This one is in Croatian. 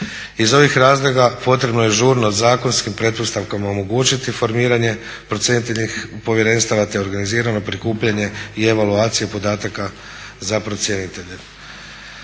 Iz ovih razloga potrebno je žurno zakonskim pretpostavkama omogućiti formiranje procjeniteljskih povjerenstava te organizirano prikupljanje i evaluaciju podataka za procjenitelje.